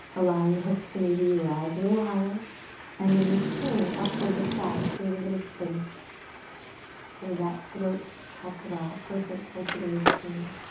allowing the hips to maybe rise a little higher and then chin up towards the sky, create a little space for that throat chakra, perfect for today's theme.